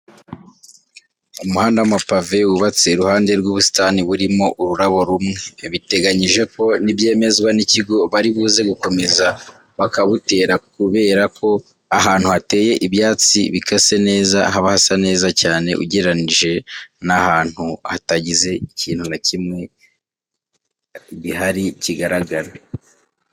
Umuhanda w'amapave w'ubatse iruhande rw'ubusitane burimo ururabo rumwe. Biteganyije ko nibyemezwa n'ikigo bari buze gukomeza bakabutera kubera ko ahantu hateye ibyatsi bikase neza haba hasa neza cyane ugereranyije n'ahantu hatagize ikintu na kimwe guhari kigaragara.